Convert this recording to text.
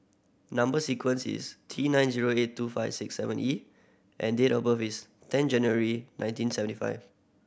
number sequence is T nine zero eight two five six seven E and date of birth is ten January nineteen seventy five